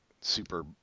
super